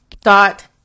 dot